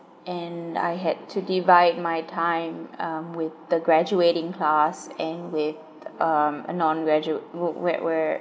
and I had to divide my time um with the graduating class and with um a non-gradua~ where where